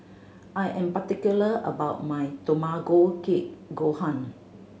I am particular about my Tamago Kake Gohan